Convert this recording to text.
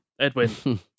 Edwin